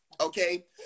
okay